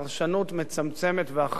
ובפרשנות מצמצמת ואחראית.